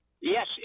Yes